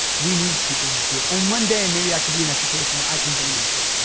we need people like you, and one day, maybe i can be in that situation where i can donate, too.